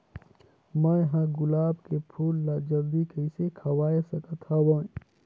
मैं ह गुलाब के फूल ला जल्दी कइसे खवाय सकथ हवे?